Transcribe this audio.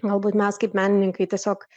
galbūt mes kaip menininkai tiesiog